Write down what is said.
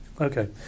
Okay